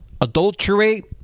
adulterate